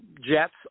jets